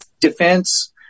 defense